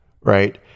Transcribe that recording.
right